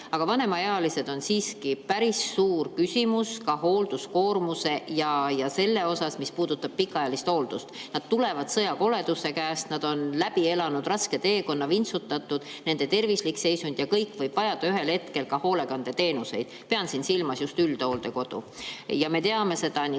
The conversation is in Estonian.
aga vanemaealiste puhul on siiski päris suur küsimus hoolduskoormuse ja sellega, mis puudutab pikaajalist hooldust. Nad tulevad sõjakoleduste käest, nad on läbi elanud raske teekonna, vintsutatud, nende tervislik seisund ja kõik võib [viia selleni, et nad võivad] vajada ühel hetkel ka hoolekandeteenuseid. Pean siin silmas just üldhooldekodu. Me teame seda nii